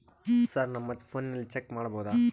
Sir ನಮ್ಮ ಫೋನಿನಲ್ಲಿ check ಮಾಡಬಹುದಾ?